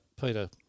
Peter